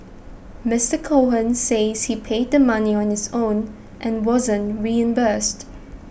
Mister Cohen says he paid the money on his own and wasn't reimbursed